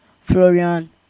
Florian